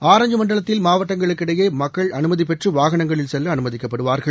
orange மண்டலத்தில் மாவட்டங்களுக்கிடையே மக்கள் அனுமதி பெற்று வாகனங்களில் செல்ல அனுமதிக்கப்படுவாா்கள்